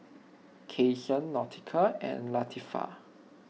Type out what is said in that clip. Cason Nautica and Latifah